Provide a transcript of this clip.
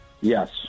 Yes